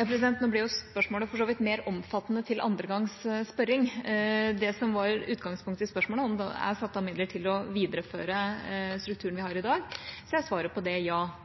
ja, det